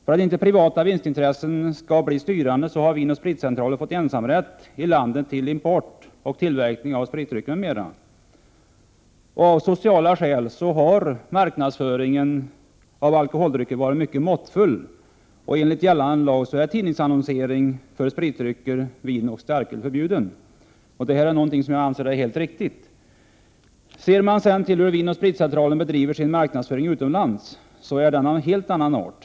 För att inte privata vinstintressen skall bli styrande har Vin & Spritcentralen fått ensamrätt i landet till import och tillverkning av spritdrycker m.m. Av sociala skäl har marknadsföringen av alkoholdrycker varit mycket måttfull, och enligt gällande lag är tidningsannonsering för spritdrycker, vin och starköl förbjuden. Detta är någonting som jag anser vara helt riktigt. Ser man sedan till hur Vin & Spritcentralen bedriver sin marknadsföring utomlands upptäcker man att den är av en helt annan art.